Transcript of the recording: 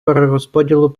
перерозподілу